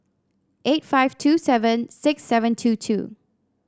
eight five two seven six seven two two